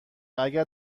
واگر